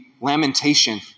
lamentation